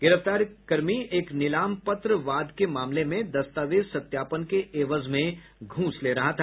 गिरफ्तारी कर्मी एक नीलाम पत्र वाद के मामले में दस्तावेज सत्यापन के एवज में घूस ले रहा था